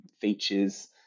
features